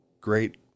great